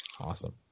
Awesome